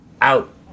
out